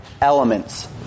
elements